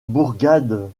bourgade